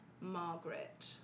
Margaret